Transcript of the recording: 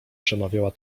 przemawiała